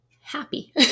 happy